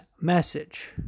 message